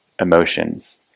emotions